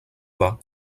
bas